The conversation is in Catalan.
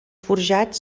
forjats